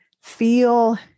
feel